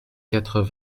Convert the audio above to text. quatre